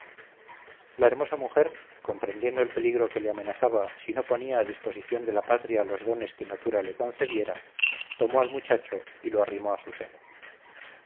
la hermosa mujer comprendiendo el peligro que le amenazaba si no ponía a disposición de la patria los dones que natura le concediera tomó al muchacho y lo arrimó a su seno